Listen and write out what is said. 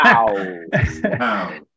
wow